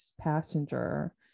passenger